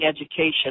education